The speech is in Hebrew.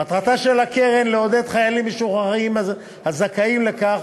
מטרתה של הקרן לעודד חיילים משוחררים הזכאים לכך